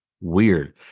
weird